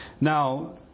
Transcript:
Now